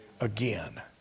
again